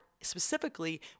specifically